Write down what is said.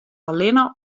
allinne